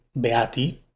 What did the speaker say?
beati